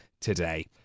today